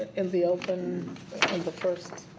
in the open, in the first